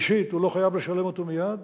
הוא לא חייב לשלם אותו מייד.